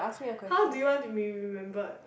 how do you want to be remembered